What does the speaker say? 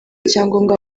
icyangombwa